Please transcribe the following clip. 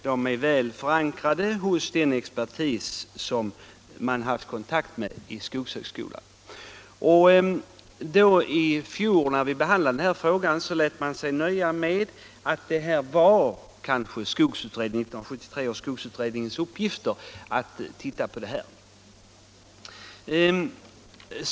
De är väl förankrade hos den expertis som man har haft kontakt med i skogshögskolan. När vi behandlade denna fråga i fjol lät man sig nöja med att det kanske var 1973 års skogsutrednings uppgift att titta på den.